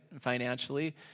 financially